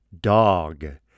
dog